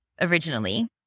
originally